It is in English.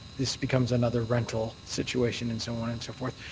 this becomes another rental situation and so on and so forth.